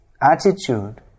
attitude